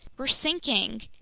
we're sinking!